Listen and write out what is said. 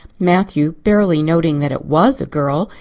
matthew, barely noting that it was a girl,